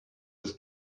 was